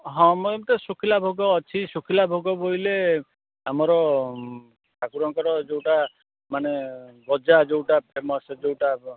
ହଁ ମ ଏମିତି ଶୁଖିଲା ଭୋଗ ଅଛି ଶୁଖିଲା ଭୋଗ ବୋଇଲେ ଆମର ଠାକୁରଙ୍କର ଯେଉଁଟାମାନେ ଗଜା ଯେଉଁଟା ଫେମସ୍ ଯେଉଁଟା